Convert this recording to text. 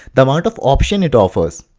the amount of options it offers.